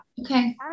okay